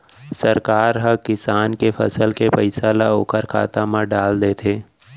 सरकार ह किसान के फसल के पइसा ल ओखर खाता म डाल देथे